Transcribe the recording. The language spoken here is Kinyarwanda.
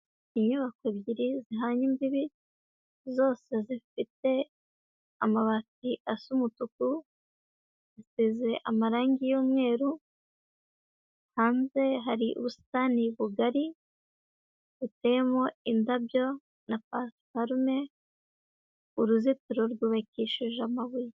Inyubako ebyiri zihana imbibi, zose zifite amabati asa umutuku, zisize amarange y'umweru, hanze hari ubusitani bugari butemo indabyo na pasuparume, uruzitiro rwubakishije amabuye.